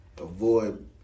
avoid